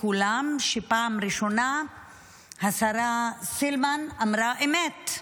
לכולם שבפעם הראשונה השרה סילמן אמרה אמת.